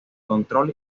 control